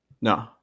No